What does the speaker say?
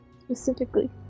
specifically